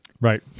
Right